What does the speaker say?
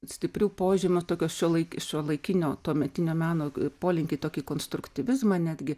stiprių požymių tokio šiuolaiki šiuolaikinio tuometinio meno polinkį į tokį konstruktyvizmą netgi